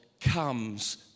comes